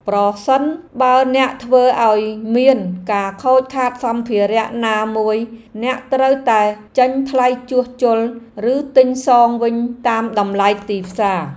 ប្រសិនបើអ្នកធ្វើឱ្យមានការខូចខាតសម្ភារៈណាមួយអ្នកត្រូវតែចេញថ្លៃជួសជុលឬទិញសងវិញតាមតម្លៃទីផ្សារ។